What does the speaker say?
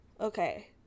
Okay